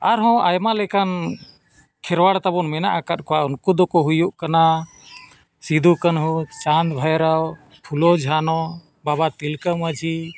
ᱟᱨᱦᱚᱸ ᱟᱭᱢᱟ ᱞᱮᱠᱟᱱ ᱠᱷᱮᱨᱣᱟᱲ ᱛᱟᱵᱚᱱ ᱢᱮᱱᱟᱜ ᱟᱠᱟᱫ ᱠᱚᱣᱟ ᱩᱱᱠᱩ ᱫᱚᱠᱚ ᱦᱩᱭᱩᱜ ᱠᱟᱱᱟ ᱥᱤᱫᱩ ᱠᱟᱱᱩ ᱪᱟᱸᱫᱽ ᱵᱷᱟᱭᱨᱚ ᱯᱷᱩᱞᱳ ᱡᱷᱟᱱᱚ ᱵᱟᱵᱟ ᱛᱤᱞᱠᱟᱹ ᱢᱟᱺᱡᱷᱤ